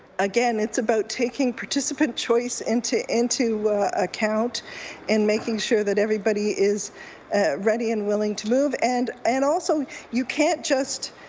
again it's about taking participant choice into into account and making sure that everybody is ready and willing to move and and also you can't just